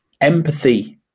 empathy